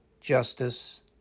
justice